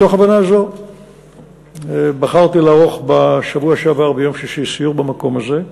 מתוך הבנה זו בחרתי לערוך ביום שישי בשבוע שעבר סיור במקום הזה,